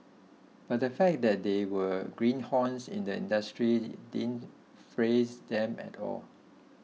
but the fact that they were greenhorns in the industry didn't faze them at all